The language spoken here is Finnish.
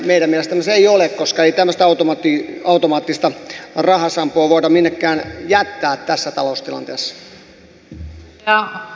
meidän mielestämme se ei ole koska ei tämmöistä automaattista rahasampoa voida minnekään jättää tässä taloustilanteessa